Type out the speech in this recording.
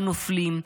הנופלים,